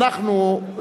אנחנו,